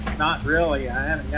not really, i